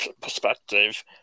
perspective